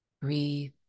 Breathe